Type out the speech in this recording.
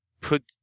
put